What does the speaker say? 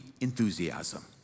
enthusiasm